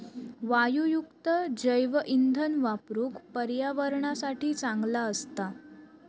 वायूयुक्त जैवइंधन वापरुक पर्यावरणासाठी चांगला असता